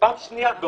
ופעם שנייה,